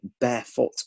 barefoot